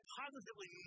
positively